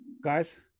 Guys